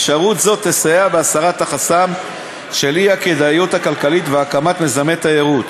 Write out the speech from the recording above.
אפשרות זו תסייע בהסרת החסם של אי-כדאיות כלכלית בהקמת מיזמי תיירות.